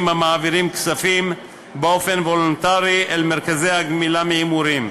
המעבירים כספים באופן וולונטרי אל מרכזי הגמילה מהימורים.